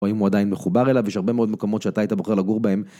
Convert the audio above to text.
או אם הוא עדיין מחובר אליו, יש הרבה מאוד מקומות שאתה היית בוחר לגור בהם.